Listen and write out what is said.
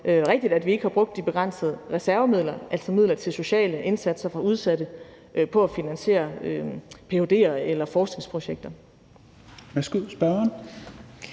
rigtigt, at vi ikke har brugt de begrænsede reservemidler, altså midler til sociale indsatser for udsatte, på at finansiere ph.d.- eller forskningsprojekter.